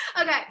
Okay